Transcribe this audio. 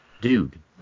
Dude